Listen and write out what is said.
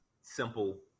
simple